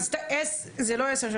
זה לא עשר שניות.